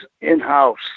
in-house